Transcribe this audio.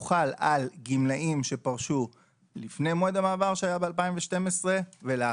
הוא חל על גמלאים שפרשו לפני מועד המעבר שהיה ב-2012 ולאחריו,